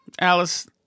Alice